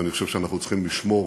ואני חושב שאנחנו צריכים לשמור